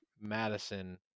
Madison